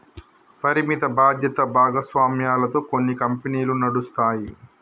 పరిమిత బాధ్యత భాగస్వామ్యాలతో కొన్ని కంపెనీలు నడుస్తాయి